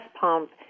pump